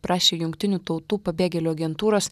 prašė jungtinių tautų pabėgėlių agentūros